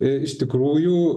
iš tikrųjų